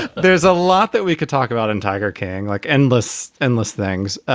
there's a lot that we could talk about in tiger king like endless, endless things.